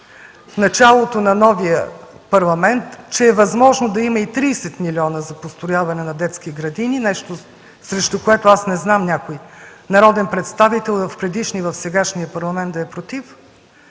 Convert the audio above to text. В началото на новия Парламент се оказа, че е възможно да има и 30 милиона за построяване на детски градини – нещо, срещу което не знам някой народен представител в предишния и в сегашния състав да е против,